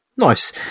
nice